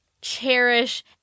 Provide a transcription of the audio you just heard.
cherish